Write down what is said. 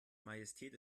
majestät